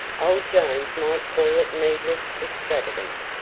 old jones might call it needless extravagance,